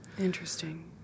Interesting